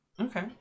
Okay